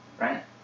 right